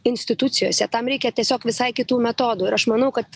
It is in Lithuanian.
institucijose tam reikia tiesiog visai kitų metodų ir aš manau kad